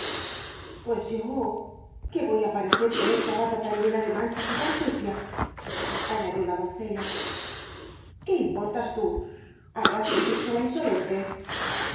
pues yo qué voy á parecer con esta bata tan llena de manchas y tan sucia añadió la doncella qué importas tú habráse visto la insolente